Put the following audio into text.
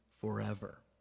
forever